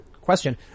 question